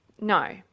No